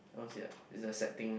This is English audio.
how to say ah it's a sad thing ah